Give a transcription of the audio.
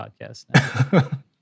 podcast